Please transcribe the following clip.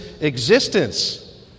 existence